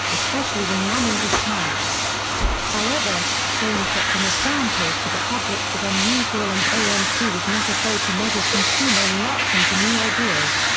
especially when money was tight however, showing such an example to the public was unusual and amc was not afraid to measure consumer reaction to new ideas.